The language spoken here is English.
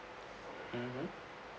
mmhmm